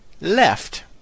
left